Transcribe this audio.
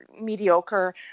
mediocre